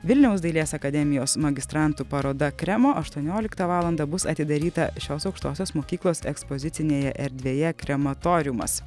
vilniaus dailės akademijos magistrantų paroda kremo aštuonioliktą valandą bus atidaryta šios aukštosios mokyklos ekspozicinėje erdvėje krematoriumas